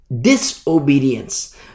disobedience